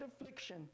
affliction